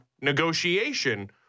negotiation